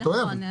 נכון.